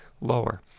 lower